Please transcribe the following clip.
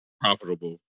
profitable